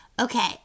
Okay